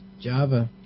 Java